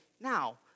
now